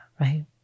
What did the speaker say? right